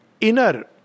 inner